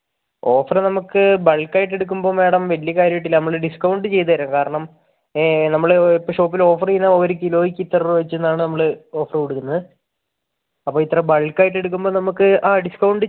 offer നമുക്ക് ബൾക്കായിട്ട് എടുക്കുമ്പം മാഡം വലിയ കാര്യമായിട്ടില്ല നമ്മൾ ഡിസ്കൗണ്ട് ചെയ്തുതരും കാരണം നമ്മൾ ഇപ്പം ഷോപ്പില് ഓഫറ് ചെയ്യുന്ന ഒരു കിലോയ്ക്ക് ഇത്ര രൂപ വെച്ച് എന്നാണ് നമ്മള് ഓഫർ കൊടുക്കുന്നത് അപ്പം ഇത്ര ബൾക്കായിട്ട് എടുക്കുമ്പം നമുക്ക് ആ ഡിസ്കൗണ്ട് ചെയ്തുതരാം